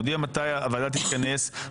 נודיע מתי הוועדה תתכנס.